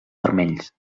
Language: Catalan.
vermells